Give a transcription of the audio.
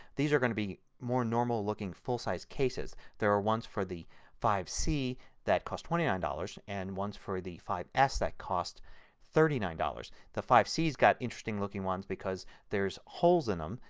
these are going to be more normal looking full size cases. there are ones for the five c that cost twenty nine dollars and ones for the five s that cost thirty nine dollars. the five c has got interesting looking ones because there is holes in them.